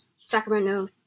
Sacramento